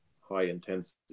high-intensity